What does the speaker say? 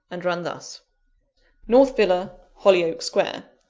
and ran thus north villa, hollyoake square.